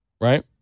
Right